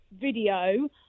video